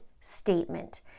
statement